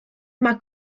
mae